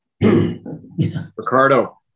Ricardo